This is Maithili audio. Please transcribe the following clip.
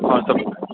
आओर सभ